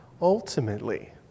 ultimately